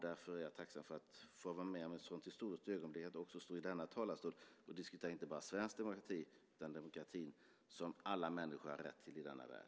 Därför är jag tacksam för att få vara med om ett sådant historiskt ögonblick att också stå i denna talarstol och diskutera inte bara svensk demokrati utan den demokrati som alla människor har rätt till i denna värld.